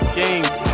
games